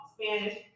Spanish